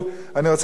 אדוני היושב-ראש,